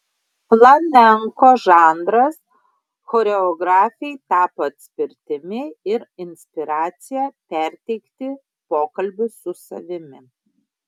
flamenko žanras choreografei tapo atspirtimi ir inspiracija perteikti pokalbius su savimi